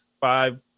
five